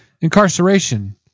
incarceration